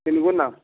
तीन गुणा